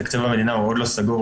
תקציב המדינה עוד לא סגור,